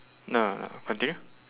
no no no continue